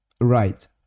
right